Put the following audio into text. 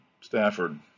Stafford